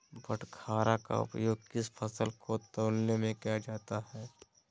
बाटखरा का उपयोग किस फसल को तौलने में किया जाता है?